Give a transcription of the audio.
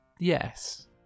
Yes